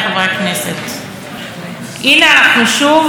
אנחנו כאן שוב כדי להביע אי-אמון בממשלה,